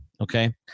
okay